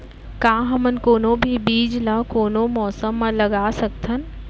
का हमन कोनो भी बीज ला कोनो मौसम म लगा सकथन?